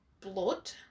blood